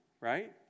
Right